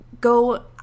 go